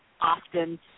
often